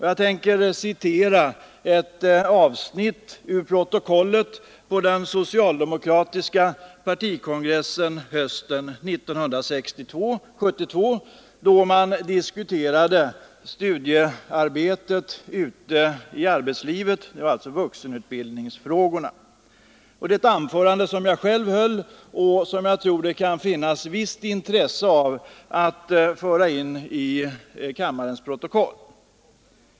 Jag tänker citera ett avsnitt ur protokollet från den socialdemokratiska partikongressen hösten 1972, då vi diskuterade studiearbetet ute i arbetslivet — alltså vuxenutbildningsfrågorna. Jag skall citera ett anförande som jag själv höll, som jag tror att det kan finnas visst intresse av att föra in i kammarens protokoll.